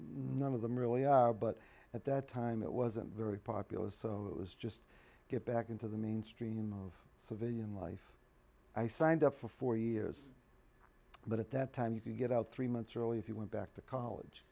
and one of them really are but at that time it wasn't very popular so it was just get back into the mainstream of civilian life i signed up for four years but at that time you could get out three months early if you went back to college